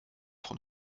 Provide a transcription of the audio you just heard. von